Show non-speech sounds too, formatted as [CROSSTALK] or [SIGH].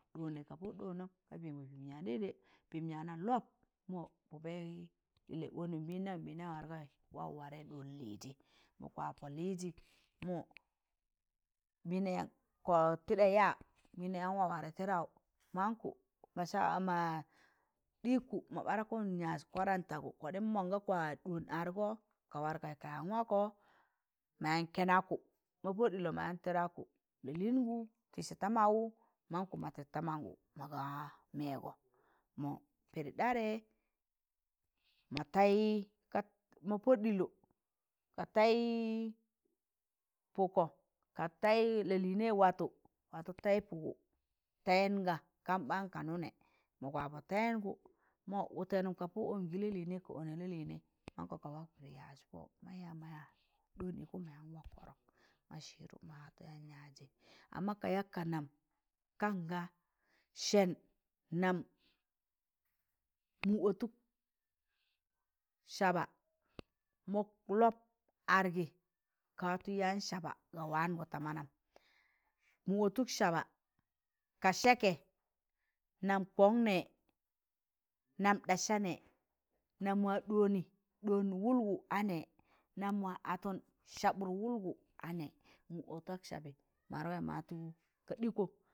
Wuli ka po ɗọọnọm ka pẹẹ mọ pẹẹm yaan ɗaidai pẹẹm yaana lọp mọ pụbẹị yịllẹ ọnẹ nbịndam nbịndam wargọị waụ wargọ ɗọọn lịịzị ma kwa pọ lịịzị [NOISE] mo nbịnda yaan kod tịɗa yaa mbịndam yaan waụ warẹ tịɗaụ mankụ saa ma a ɗịgkụ ma ɓarakụn yaịz kwarantagụ koɗim mọnga kwa ɗọọn argọ ka wargọị ka yaan wakọ ma yaan kẹnakụ ma pọd ɗịlọ ma yaan tịda ku lalịịngụ tịsị ta malụụ mankụ ma tịs da mangụ maga mẹẹgọ mọ pịdị ɗarẹ ma taị ka, ma pọd ɗịlọ ka taị pụkọ ka taị lalịịnẹị watọ watọ taị pụmụ tayụnga kam ɓaan ka nụnẹ ma kwa pọ ta yụngụ mọ wụtẹnụm ka pọ ọngị lalịnẹị ka ọnẹ lalịnẹị mankọ ka wak pịdị yaịz pọ maaya maya ɗọọn ịkụ mayan wak kọrọk ma sịdụ ma watọ yaan yaịzị amma ka yak ka nam kanga sẹn nam [NOISE] mụụ ọtụk saaba mọk lọp argị ka watọ yaan saaba ga wangọ ta manam mụụ ọtụk saaba ka sẹkẹ, nam kọn nẹ, nam sasa nẹ, nam ma ɗoọnị ɗọọn wụlgụ a nẹ, nam ma atọn sabụt wụlgụ a nẹ, mụụ ọtak saabị ma warẹ, ma watọ ka ɗịkọ